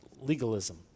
legalism